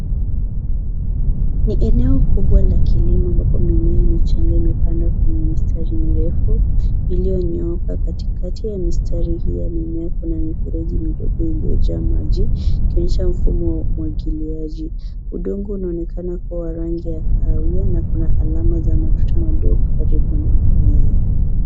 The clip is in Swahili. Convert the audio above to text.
Ni eneo kubwa la kilimo ambapo mimea michanga imepandwa kwenye mistari mirefu iliyonyooka. Katikati ya mistari hii ya mimea kuna mifereji midogo iliyojaa maji ikionyesha mfumo wa umwagiliaji. Udongo unaonekana kuwa wa rangi ya kahawia na kuna alama za matuta madogo karibu na mimea.